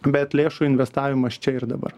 bet lėšų investavimas čia ir dabar